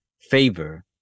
favor